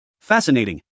Fascinating